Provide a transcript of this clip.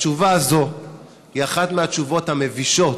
התשובה הזאת היא אחת התשובות המבישות